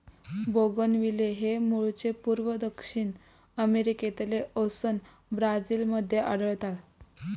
bougainvillea हे मूळचे पूर्व दक्षिण अमेरिकेतले असोन ब्राझील मध्ये आढळता